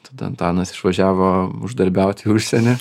tada antanas išvažiavo uždarbiauti į užsienį